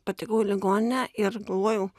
patekau į ligoninę ir galvojau